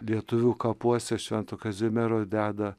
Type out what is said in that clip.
lietuvių kapuose švento kazimiero deda